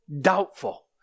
doubtful